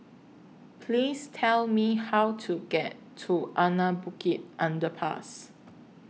Please Tell Me How to get to Anak Bukit Underpass